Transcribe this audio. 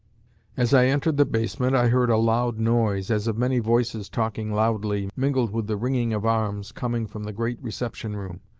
as i entered the basement i heard a loud noise, as of many voices talking loudly, mingled with the ringing of arms, coming from the great reception room.